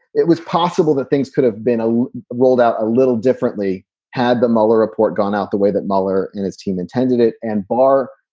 it was possible that things could have been a rolled out a little differently had the mueller report gone out the way that mueller and his team intended it. and barr,